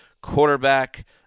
Quarterback